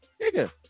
nigga